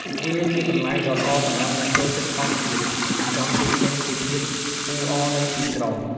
វាជាកន្លែងដ៏ល្អសម្រាប់អ្នកចូលចិត្តធម្មជាតិ និងចង់គេចចេញពីភាពអ៊ូអរនៃទីក្រុង។